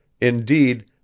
Indeed